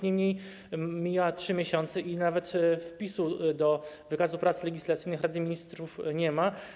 Mijają jednak 3 miesiące i nawet wpisu do wykazu prac legislacyjnych Rady Ministrów nie ma.